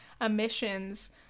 emissions